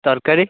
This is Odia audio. ତରକାରୀ